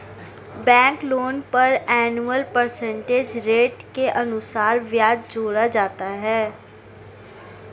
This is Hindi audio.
बैंक लोन पर एनुअल परसेंटेज रेट के अनुसार ब्याज जोड़ा जाता है